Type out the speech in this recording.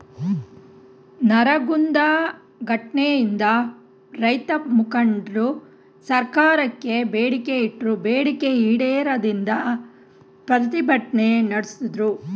ನರಗುಂದ ಘಟ್ನೆಯಿಂದ ರೈತಮುಖಂಡ್ರು ಸರ್ಕಾರಕ್ಕೆ ಬೇಡಿಕೆ ಇಟ್ರು ಬೇಡಿಕೆ ಈಡೇರದಿಂದ ಪ್ರತಿಭಟ್ನೆ ನಡ್ಸುದ್ರು